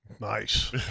Nice